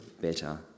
better